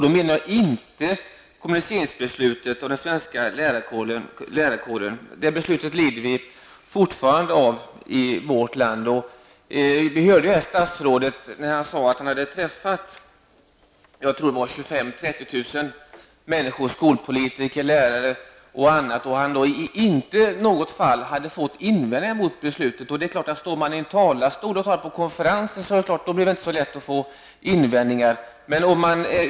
Då menar jag inte kommunaliseringen av den svenska lärarkåren. Detta beslut lider vi i vårt land fortfarande av. Nyss hörde jag statsrådet säga att han hade träffat 25 000--30 000 skolpolitiker, lärare och andra personer anställda inom skolan. Av dessa hade inte någon invänt mot detta beslut. Det är inte så lätt att göra invändningar till någon som står i en talarstol eller är på konferens.